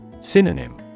Synonym